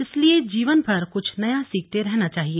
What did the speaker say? इसलिये जीवन भर कुछ नया सीखते रहना चाहिए